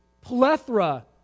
plethora